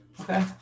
Okay